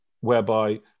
whereby